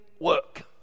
work